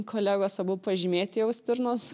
kolegos abu pažymėti jau stirnos